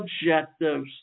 objectives